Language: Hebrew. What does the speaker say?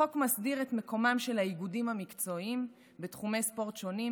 החוק מסדיר את מיקומם של האיגודים המקצועיים בתחומי ספורט שונים